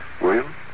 William